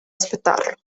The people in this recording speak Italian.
aspettarlo